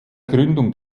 gründung